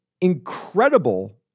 incredible